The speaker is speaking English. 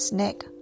Snake